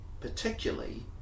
Particularly